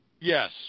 Yes